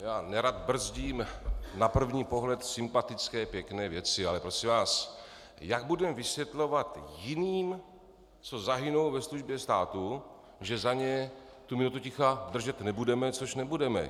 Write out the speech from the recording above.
Já nerad brzdím na první pohled sympatické, pěkné věci, ale prosím vás, jak budeme vysvětlovat jiným, co zahynou ve službě státu, že za ně tu minutu ticha držet nebudeme, což nebudeme?